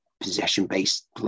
possession-based